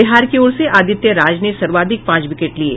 बिहार की ओर से आदित्य राज ने सर्वाधिक पांच विकेट लिये